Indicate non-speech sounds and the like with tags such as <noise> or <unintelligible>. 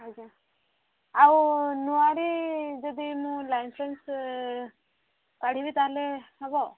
ଆଜ୍ଞା ଆଉ <unintelligible> ଯଦି ମୁଁ ଲାଇସେନ୍ସ କାଢ଼ିବି ତା'ହେଲେ ହେବ